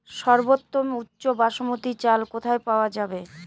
সর্বোওম উচ্চ বাসমতী চাল কোথায় পওয়া যাবে?